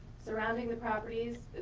surrounding the properties,